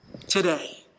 today